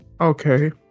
Okay